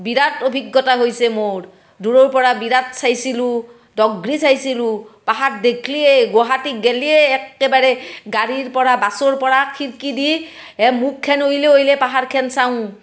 বিৰাট অভিজ্ঞতা হৈছে মোৰ দূৰৰপৰা বিৰাট চাইছিলোঁ দগৰী চাইছিলোঁ পাহাৰ দেখিলেই গুৱাহাটীক গেলিয়ে এক্কেবাৰে গাড়ীৰপৰা বাছৰপৰা খিৰকী দি এ মুখখন উইলে উইলে পাহাৰখন চাওঁ